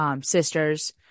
sisters